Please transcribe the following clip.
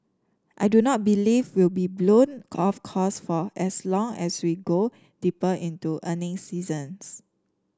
I do not believe will be blown off course for as long as we go deeper into earnings seasons